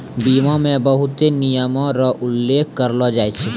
बीमा मे बहुते नियमो र उल्लेख करलो जाय छै